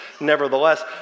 Nevertheless